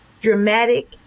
dramatic